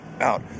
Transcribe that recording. out